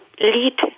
lead